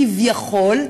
כביכול,